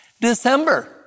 December